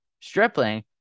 Stripling